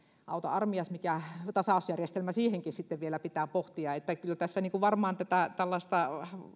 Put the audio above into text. auta armias mikä tasausjärjestelmä siihenkin sitten vielä pitää pohtia kyllä tässä tätä tällaista